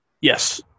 Yes